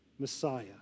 Messiah